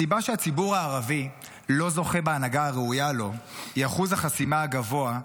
הסיבה שהציבור הערבי לא זוכה בהנהגה הראויה לו היא אחוז החסימה הגבוה,